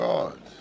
God